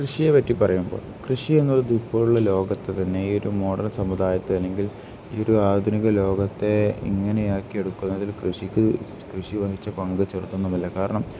കൃഷിയെ പറ്റി പറയുമ്പോൾ കൃഷി എന്നുള്ളത് ഇപ്പോഴുള്ള ലോകത്ത് തന്നെ ഈ ഒരു മോഡേൺ സമുദായത്തിൽ അല്ലെങ്കിൽ ഈ ഒരു ആധുനിക ലോകത്തെ ഇങ്ങനെയാക്കി എടുക്കുന്നതിൽ കൃഷിക്ക് കൃഷി വഹിച്ച പങ്ക് ചെറുതൊന്നുമല്ല കാരണം